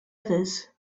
others